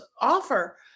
offer